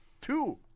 two